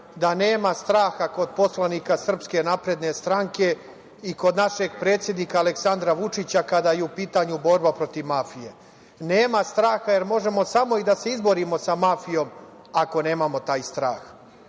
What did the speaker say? da nema straha kod poslanika Srpske napredne stranke i kod našeg predsednika Aleksandra Vučića kada je u pitanju borba protiv mafije. Nema straha jer možemo samo i da se izborimo sa mafijom ako nemamo taj strah. Što